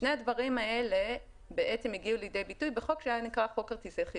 שני הדברים האלה הגיעו לידי ביטוי בחוק שנקרא חוק כרטיסי חיוב,